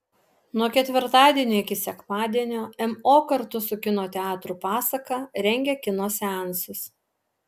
nuo ketvirtadienio iki sekmadienio mo kartu su kino teatru pasaka rengia kino seansus